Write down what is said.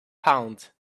pound